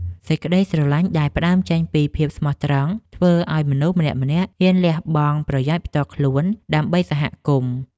សេចក្តីស្រឡាញ់ដែលផ្ដើមចេញពីភាពស្មោះត្រង់ ធ្វើឱ្យមនុស្សម្នាក់ៗហ៊ានលះបង់ប្រយោជន៍ផ្ទាល់ខ្លួនដើម្បីសហគមន៍។